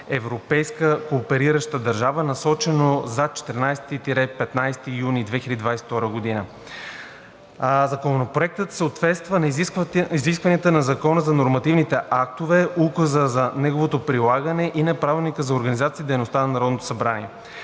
европейска кооперираща държава, насрочено за 14 – 15 юни 2022 г. Законопроектът съответства на изискванията на Закона за нормативните актове, указа за неговото прилагане и на Правилника за